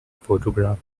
photographed